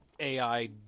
AI